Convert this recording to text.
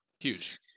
Huge